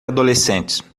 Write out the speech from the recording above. adolescentes